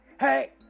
Hey